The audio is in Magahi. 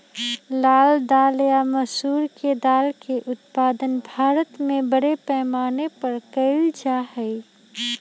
लाल दाल या मसूर के दाल के उत्पादन भारत में बड़े पैमाने पर कइल जा हई